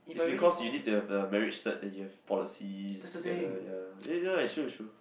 is because you need to have the marriage cert that you have policies together ya eh ya it's true it's true